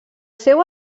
seu